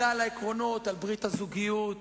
אני מוכרח להודות לרשמות הפרלמנטריות,